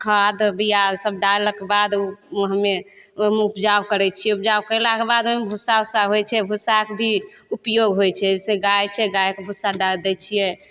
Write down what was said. खाद बीया सब डाललाके बाद हम्मे ओइमे उपजाब करय छियै उपजाब कयलाके बाद ओइमे भूस्सा उस्सा होइ छै भूस्साके भी उपयोग होइ छै जैसे गाय छै गायके भूस्सा डालि दै छियै